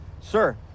Sir